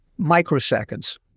microseconds